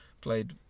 played